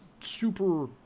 super